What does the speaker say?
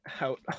out